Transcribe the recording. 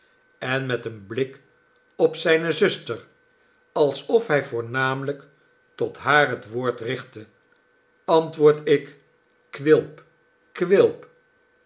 en met een blik op zijne zuster alsof hij voornamelijk tot haar het woord richtte antwoord ik quilp quilp